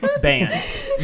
bands